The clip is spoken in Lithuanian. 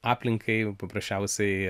aplinkai paprasčiausiai